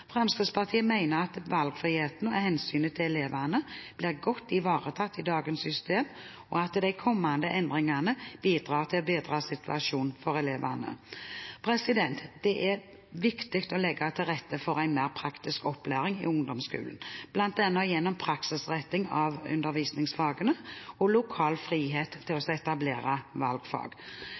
Fremskrittspartiet mener at valgfriheten og hensynet til elevene blir godt ivaretatt i dagens system, og at de kommende endringene bidrar til å bedre situasjonen for elevene. Det er viktig å legge til rette for en mer praktisk opplæring i ungdomsskolen, bl.a. gjennom praksisretting av undervisningsfagene og lokal frihet til å etablere valgfag.